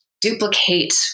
duplicate